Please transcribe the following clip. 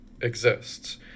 exists